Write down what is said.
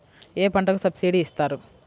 ఏ పంటకు సబ్సిడీ ఇస్తారు?